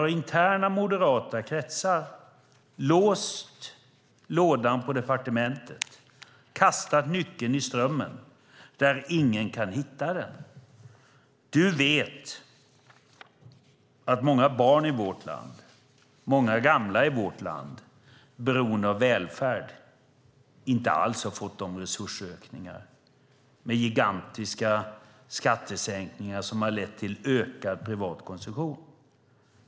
Har interna moderata kretsar låst lådan på departementet och kastat nyckeln i Strömmen där ingen kan hitta den? Du vet att många barn och gamla i vårt land som är beroende av välfärd inte alls har fått de resursökningar de behöver med de gigantiska skattesänkningar som har lett till ökad privat konsumtion.